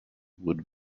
wood